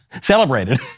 celebrated